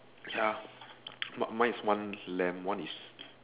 ya mine is one lamb one is